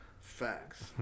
facts